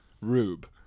rube